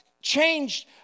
Changed